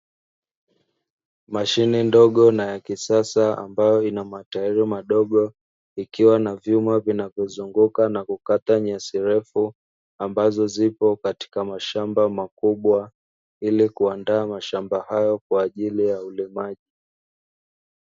Mashine ndogo na ya kisasa ambayo ina matairi madogo ikiwa na vyuma vinavyozunguka na kukata nyasi refu, ambazo zipo katika mashamba makubwa ili kuandaa mashamba hayo kwa ajili ya ulimaji.